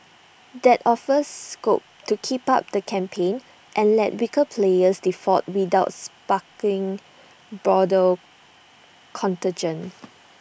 that offers scope to keep up the campaign and let weaker players default without sparking broader contagion